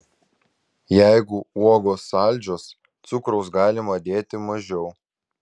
jeigu uogos saldžios cukraus galima dėti mažiau